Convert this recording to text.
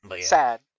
Sad